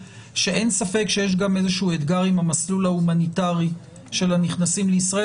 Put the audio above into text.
שאין ספק שיש גם איזה שהוא אתגר עם המסלול ההומניטרי של הנכנסים לישראל.